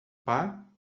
par